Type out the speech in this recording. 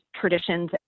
traditions